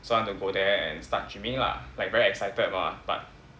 so I want to go there and start gym-ing lah like very excited mah but